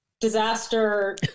disaster